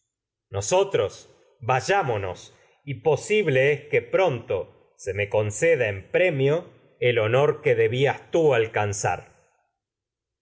nosotros vayámonos me posible que es que pronto tú se conceda en premio el honor debías alcanzar